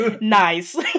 Nice